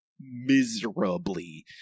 miserably